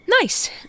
Nice